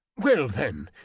well, then,